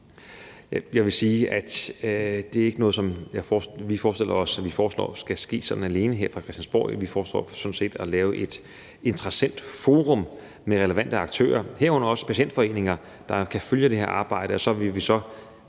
Jeg vil sige, at det ikke er noget, som vi forestiller os og foreslår skal ske sådan alene her fra Christiansborgs side. Vi foreslår sådan set at lave et interessentforum med relevante aktører, herunder også patientforeninger, der kan følge det her arbejde. Og så vil vi